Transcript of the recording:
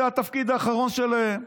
זה התפקיד האחרון שלהם.